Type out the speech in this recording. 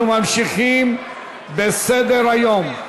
אנחנו ממשיכים בסדר-היום: